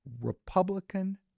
Republican